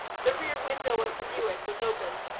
the rear window of the buick was open,